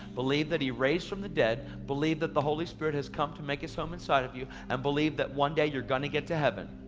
believe that he raised from the dead, believe that the holy spirit has come to make his home inside of you, and believe that one day you're going to get to heaven.